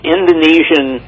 Indonesian